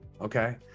okay